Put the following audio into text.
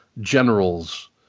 generals